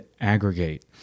aggregate